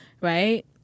right